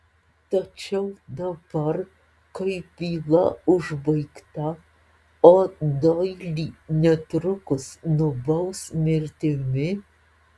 tačiau dabar kai byla užbaigta o doilį netrukus nubaus mirtimi